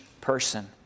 person